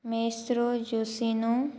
मेस्त्रू जोसिनू